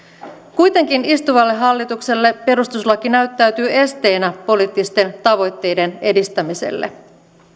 kuitenkin istuvalle hallitukselle perustuslaki näyttäytyy esteenä poliittisten tavoitteiden edistämiselle